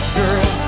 girl